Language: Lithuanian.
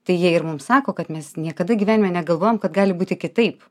tai jie ir mums sako kad mes niekada gyvenime negalvojom kad gali būti kitaip